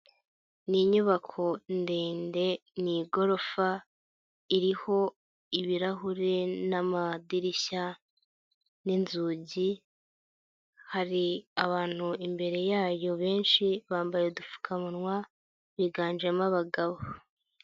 Ni inyubako ndende mu igorofa, iriho ibirahuri n'amadirishya, n'inzugi hari abantu imbere yayo benshi bambaye udupfukamunwa, biganjemo abagabo.